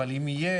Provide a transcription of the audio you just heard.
אבל אם יהיה,